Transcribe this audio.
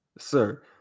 Sir